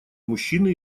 мужчины